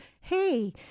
Hey